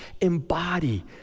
embody